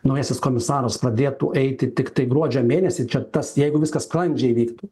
naujasis komisaras pradėtų eiti tiktai gruodžio mėnesį čia tas jeigu viskas sklandžiai vyktų